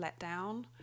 letdown